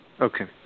Okay